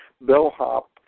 bellhop